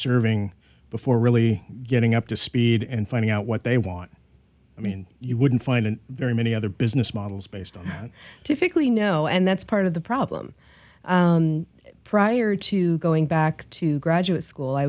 serving before really getting up to speed and finding out what they want i mean you wouldn't find very many other business models based on typically no and that's part of the problem prior to going back to graduate school i